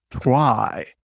try